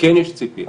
כן יש ציפייה,